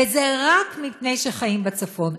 וזה רק מפני שהם חיים בצפון.